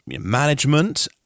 management